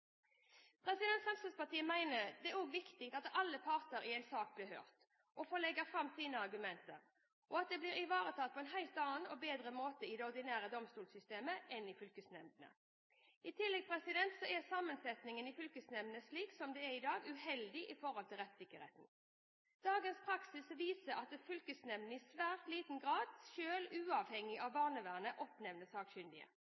domstolene. Fremskrittspartiet mener at det også er viktig at alle parter i en sak blir hørt og får legge fram sine argumenter, og at de blir ivaretatt på en helt annen og bedre måte i det ordinære domstolssystemet enn i fylkesnemndene. I tillegg er sammensetningen i fylkesnemndene slik som den er i dag, uheldig med tanke på rettssikkerheten. Dagens praksis viser at fylkesnemndene i svært liten grad selv, uavhengig av